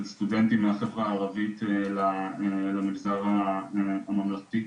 סטודנטים מהחברה הערבית למגזר הממלכתי,